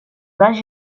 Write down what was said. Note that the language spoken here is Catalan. les